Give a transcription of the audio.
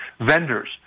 vendors